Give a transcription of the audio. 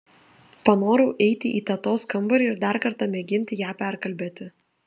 panorau eiti į tetos kambarį ir dar kartą mėginti ją perkalbėti